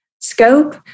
scope